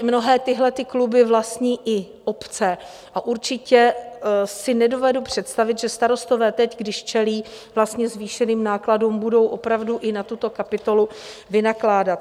Mnohé tyhlety kluby vlastní i obce a určitě si nedovedu představit, že starostové teď, když čelí zvýšeným nákladům, budou opravdu i na tuto kapitolu vynakládat.